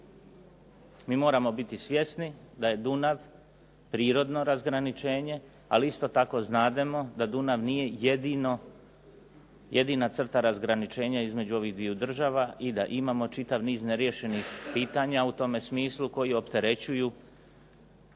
MI moramo biti svjesni da je Dunav prirodno razgraničenje ali isto tako znamo da Dunav nije jedina crta razgraničenja između ovih dviju država i da imamo čitav niz neriješenih pitanja u tom smislu koji opterećuju